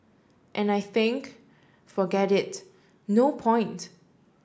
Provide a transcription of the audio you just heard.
and I think forget it no point